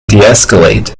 deescalate